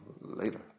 later